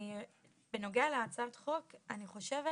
בנוגע להצעת החוק אני חושבת